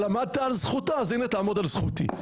אבל עמדת על זכותו, אז תעמוד על זכותי.